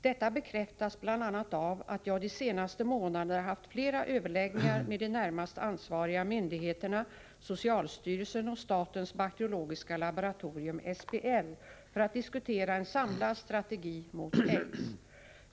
Detta bekräftas bl.a. av att jag de senaste månaderna haft flera överläggningar med de närmast ansvariga myndighe terna socialstyrelsen och statens bakteriologiska laboratorium för att diskutera en samlad strategi mot AIDS.